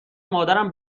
مادرم